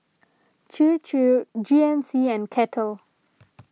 Chir Chir G N C and Kettle